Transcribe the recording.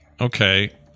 Okay